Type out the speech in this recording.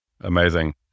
Amazing